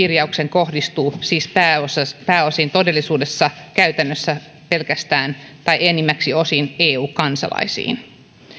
kohdistuu siis pääosin todellisuudessa käytännössä pelkästään tai enimmäkseen eu kansalaisiin